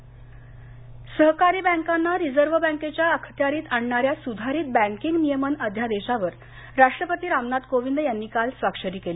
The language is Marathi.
बँकिंग अध्यादेश सहकारी बँकांना रिझर्व बँकेच्या अखत्यारीत आणणाऱ्या स्धारित बँकिंग नियमन अध्यादेशावर राष्ट्रपती रामनाथ कोविंद यांनी काल स्वाक्षरी केली